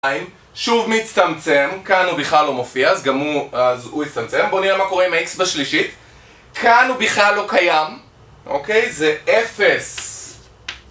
שוב מצטמצם, כאן הוא בכלל לא מופיע, אז גם הוא, אז הוא מצטמצם, בואו נראה מה קורה עם ה-X בשלישית כאן הוא בכלל לא קיים, אוקיי? זה 0